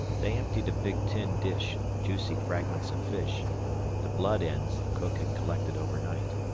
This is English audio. they emptied a big tin dish of juicy fragments of fish the blood-ends the cook had collected overnight.